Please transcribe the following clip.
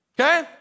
Okay